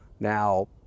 Now